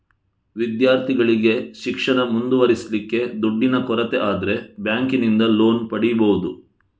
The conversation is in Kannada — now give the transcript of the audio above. ವಿದ್ಯಾರ್ಥಿಗಳಿಗೆ ಶಿಕ್ಷಣ ಮುಂದುವರಿಸ್ಲಿಕ್ಕೆ ದುಡ್ಡಿನ ಕೊರತೆ ಆದ್ರೆ ಬ್ಯಾಂಕಿನಿಂದ ಲೋನ್ ಪಡೀಬಹುದು